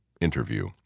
interview